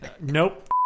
Nope